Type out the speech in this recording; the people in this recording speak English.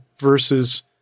versus